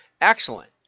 excellent